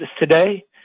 today